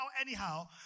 anyhow